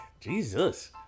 Jesus